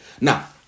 now